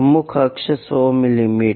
प्रमुख अक्ष 100 मिमी